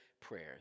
prayers